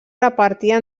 repartia